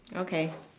okay